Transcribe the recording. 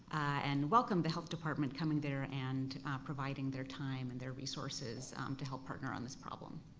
and welcomed the health department coming there and providing their time and their resources to help partner on this problem.